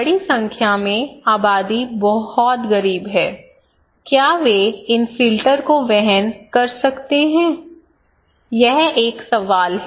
बड़ी संख्या में आबादी बहुत गरीब हैं क्या वे इन फिल्टर को वहन कर सकते हैं यह एक सवाल है